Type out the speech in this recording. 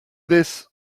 this